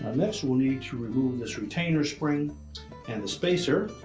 next, we'll need to remove this retainer spring and the spacer.